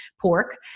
pork